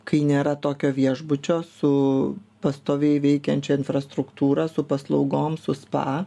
kai nėra tokio viešbučio su pastoviai veikiančia infrastruktūra su paslaugom su spa